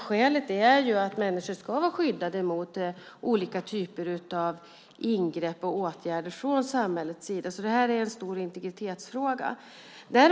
Skälet är att människor ska vara skyddade mot olika typer av ingrepp och åtgärder från samhällets sida. Det är alltså en stor integritetsfråga.